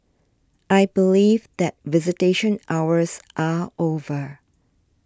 I believe that visitation hours are over